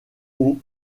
haut